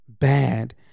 bad